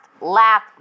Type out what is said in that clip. Laugh